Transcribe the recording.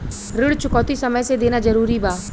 ऋण चुकौती समय से देना जरूरी बा?